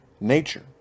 nature